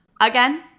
again